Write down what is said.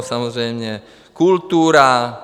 Samozřejmě kultura.